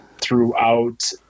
throughout